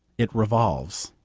it revolves.